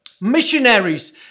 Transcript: missionaries